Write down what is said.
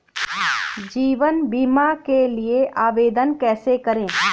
जीवन बीमा के लिए आवेदन कैसे करें?